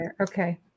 Okay